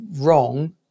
wrong